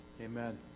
Amen